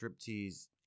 striptease